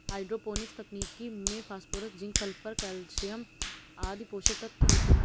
hydroponics तकनीक में phosphorus, zinc, sulphur, calcium आदि पोषक तत्व होते है